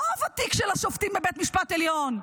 לא הוותיק של השופטים בבית המשפט העליון.